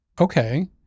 Okay